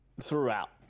throughout